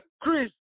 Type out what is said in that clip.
Chris